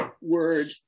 word